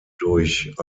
durch